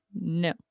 No